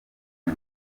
eng